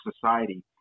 society